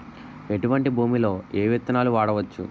ఎటువంటి భూమిలో ఏ విత్తనాలు వాడవచ్చు?